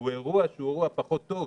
זה אירוע שהוא פחות טוב,